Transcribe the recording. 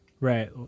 Right